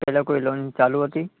પહેલાં કોઈ લોન ચાલું હતી